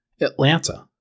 Atlanta